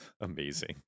amazing